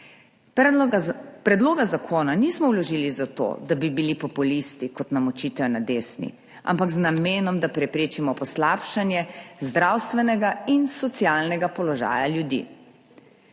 Predloga zakona nismo vložili zato, da bi bili populisti, kot nam očitajo na desni, ampak z namenom, da preprečimo poslabšanje zdravstvenega in socialnega položaja ljudi.